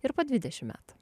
ir po dvidešim metų